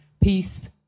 peace